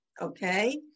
okay